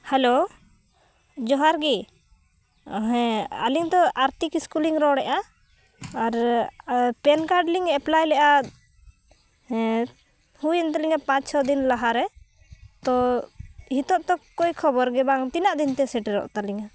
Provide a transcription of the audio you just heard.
hello ᱡᱚᱦᱟᱨ ᱜᱮ ᱦᱮᱸ ᱟᱹᱞᱤᱧ ᱫᱚ ᱟᱨᱚᱛᱤ ᱠᱤᱥᱠᱩᱞᱤᱧ ᱨᱚᱲᱮᱫᱟ ᱟᱨ ᱯᱮᱱ ᱠᱟᱨᱰ ᱞᱤᱧ ᱮᱯᱞᱟᱭ ᱞᱮᱫᱟ ᱦᱮᱸ ᱦᱩᱭᱮᱱ ᱛᱟᱞᱤᱧᱟ ᱯᱟᱸᱪ ᱪᱷᱚ ᱫᱤᱱ ᱞᱟᱦᱟᱨᱮ ᱛᱚ ᱱᱤᱛᱳᱜ ᱛᱚ ᱠᱳᱭ ᱠᱷᱚᱵᱚᱨ ᱜᱮ ᱵᱟᱝ ᱛᱤᱱᱟᱹᱜ ᱫᱤᱱᱛᱮ ᱥᱮᱴᱮᱨᱚᱜ ᱛᱟᱹᱞᱤᱧᱟ